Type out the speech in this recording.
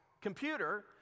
computer